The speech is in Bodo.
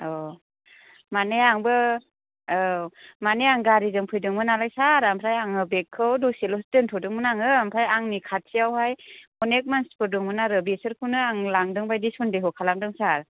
माने आंबो औ माने आं गारिजों फैदोंमोन नालाय सार ओमफ्राय आङो बेगखौ दसेल'सो दोनथ'दोंमोन आङो ओमफ्राय आंनि खाथियावहाय अनेख मानसिफोर दंमोन आरो बिसोरखौनो आं लांदोंबादि सनदेह' खालामदों सार